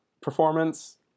performance